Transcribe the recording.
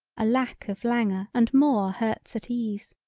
a lack of languor and more hurts at ease.